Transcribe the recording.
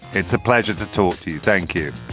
it's a pleasure to talk to you. thank you